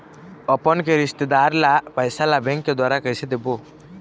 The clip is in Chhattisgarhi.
अपन के रिश्तेदार ला पैसा ला बैंक के द्वारा कैसे देबो?